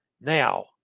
now